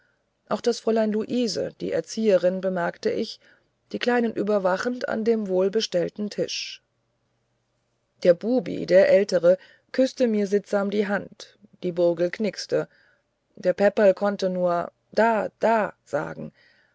auch das fräulein luise die erzieherin bemerkte ich die kleinen überwachend an dem wohlbestellten tisch der bubi der älteste küßte mir sittsam die hand die burgel knickste der peperl konnte nur da da sagen